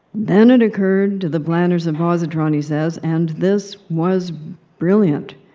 then it occurred to the planners of positron, he says, and this was brilliant,